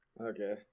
Okay